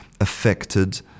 affected